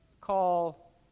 call